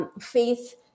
faith